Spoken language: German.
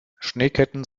schneeketten